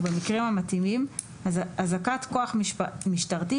ובמקרים המתאימים הזעקת כוח משטרתי